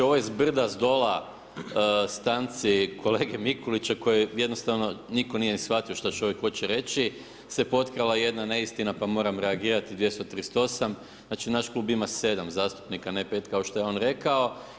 Ovo je z brda s dola stanci kolege Mikulića, koji jednostavno nitko nije shvatio što čovjek hoće reći, se potkrala jedna neistina pa moram reagirati, 238., znači naš Klub ima 7 zastupnika, ne 5 kao što je on rekao.